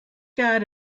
got